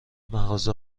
مغازه